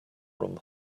room